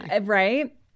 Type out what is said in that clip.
Right